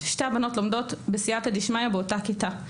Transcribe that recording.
שתי הבנות לומדות בסיעתא דשמיא באותה כיתה.